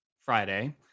Friday